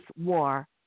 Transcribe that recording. war